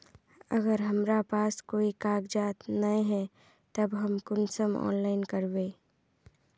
अगर हमरा पास कोई कागजात नय है तब हम कुंसम ऑनलाइन करबे?